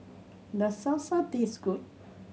does Salsa taste good